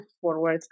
forward